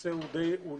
הנושא הוא סגור.